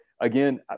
again